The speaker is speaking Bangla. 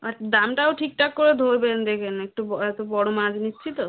আর দামটাও ঠিকঠাক করে ধরবেন দেখুন একটু এতো বড় মাছ নিচ্ছি তো